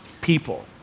people